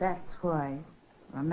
that's why i'm